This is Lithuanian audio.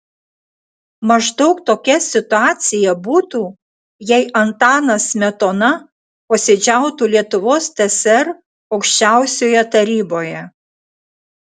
maždaug tokia situacija būtų jei antanas smetona posėdžiautų lietuvos tsr aukščiausioje taryboje